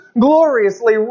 gloriously